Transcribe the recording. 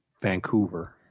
Vancouver